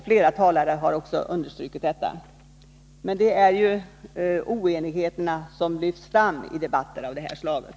Flera talare har understrukit detta. Men det är ju oenigheterna som lyfts fram i debatter av det här slaget.